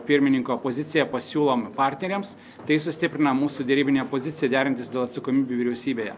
pirmininko poziciją pasiūlom partneriams tai sustiprina mūsų derybinę poziciją derantis dėl atsakomybių vyriausybėje